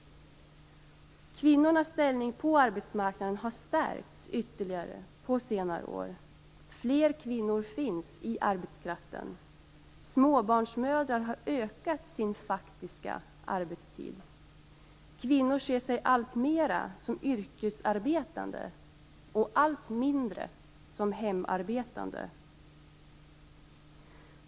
Kvinnornas ställning på arbetsmarknaden har stärkts ytterligare under senare år. Fler kvinnor finns i arbetskraften. Småbarnsmödrarna har ökat sin faktiska arbetstid. Kvinnor ser sig alltmera som yrkesarbetande och allt mindre som hemarbetande.